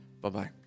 Bye-bye